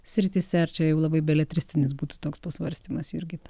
srityse ar čia jau labai beletristinis būtų toks pasvarstymas jurgita